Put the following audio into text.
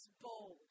bold